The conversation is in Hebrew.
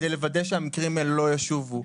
כדי לוודא שהמקרים אלה לא ישובו.